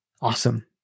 Awesome